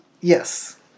Yes